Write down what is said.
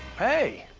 hey,